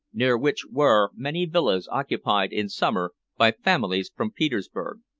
near which were many villas occupied in summer by families from petersburg,